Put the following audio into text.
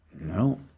No